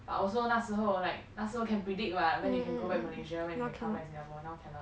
but also 那时候 like 那时候 can predict [what] when you can go back malaysia when you will come back singapore now cannot